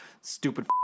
stupid